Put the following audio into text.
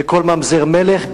וכל ממזר מלך,